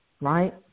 right